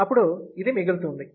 అప్పుడు ఇది మిగులుతుంది